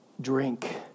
Drink